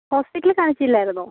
ഹോസ്പ്പിറ്റലിൽ കാണിച്ചില്ലായിരുന്നോ